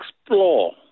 explore